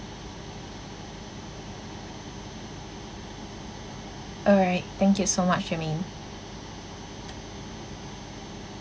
alright thank you so much germaine